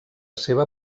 seva